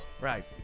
Right